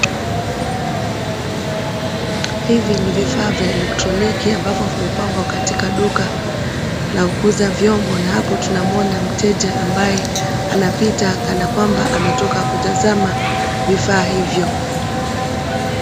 Hivi ni vifaa vya elektroniki ambavyo vimepangwa katika duka la kuuza vyombo na hapo tunamuona mteja ambaye anapita kanakwamba ametoka kutazama vifaa hivyo.